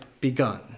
begun